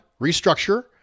restructure